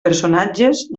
personatges